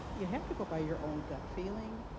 you have to go by your own gut feeling.